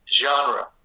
genre